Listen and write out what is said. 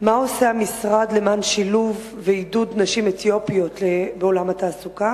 5. מה עושה המשרד למען שילוב ועידוד נשים אתיופיות בעולם התעסוקה?